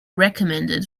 recommended